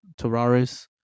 Terraris